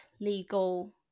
legal